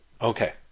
okay